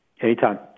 anytime